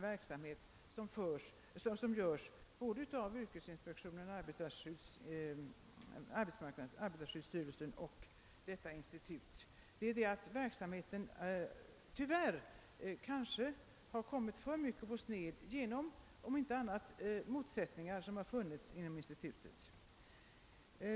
verksamhet som bedrives såväl av yrkesinspektionen och arbetarskyddsstyrelsen som av detta institut måste prioriteras. Verksamheten har tyvärr kanske kommit för mycket på sned om inte annat så genom de motsättningar som funnits och finns inom institutet.